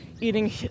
eating